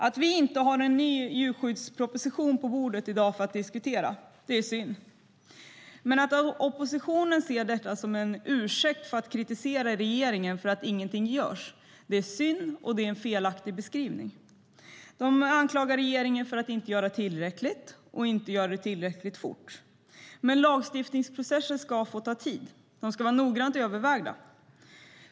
Att vi inte har en ny djurskyddsproposition på bordet att diskutera är synd. Men att oppositionen ser detta som en ursäkt för att kritisera regeringen för att ingenting görs är också synd, och beskrivningen är felaktig. Man anklagar regeringen för att inte göra detta tillräckligt fort. Men lagstiftningsprocesser ska få ta tid och vara noggrant övervägda.